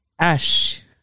Ash